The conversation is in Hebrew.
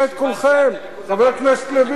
חבר הכנסת לוין, חבר הכנסת אקוניס.